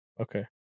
Okay